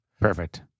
Perfect